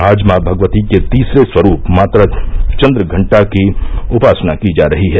आज मॉ भगवती के तीसरे स्वरूप माता चन्द्रघण्टा की उपासना की जा रही है